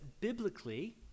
biblically